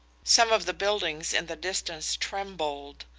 some of the buildings in the distance trembled.